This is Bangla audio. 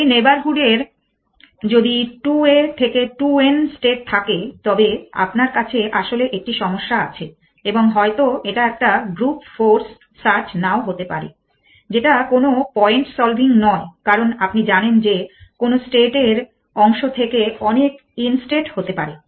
যদি নেইবারহুড এর যদি 2a থেকে 2n স্টেট থাকে তবে আপনার কাছে আসলে একটি সমস্যা আছে এবং হয়তো এটা একটা গ্রুপ ফোর্স সার্চ নাও হতে পারে যেটা কোনো পয়েন্ট সলভিং নয় কারণ আপনি জানেন যে কোন স্টেট এর অংশ থেকে অনেক ইন স্টেট হতে পারে